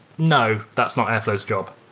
no. that's not airflow's job.